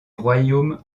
royaume